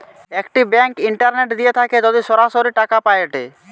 একটি bank internet দিয়ে থাকে যদি সরাসরি টাকা পায়েটে